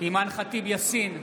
אימאן ח'טיב יאסין,